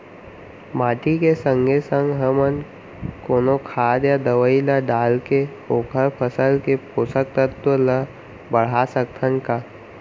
माटी के संगे संग हमन कोनो खाद या दवई ल डालके ओखर फसल के पोषकतत्त्व ल बढ़ा सकथन का?